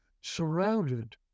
surrounded